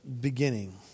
beginning